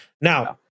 Now